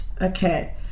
okay